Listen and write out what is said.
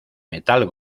metal